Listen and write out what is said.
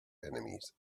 enemies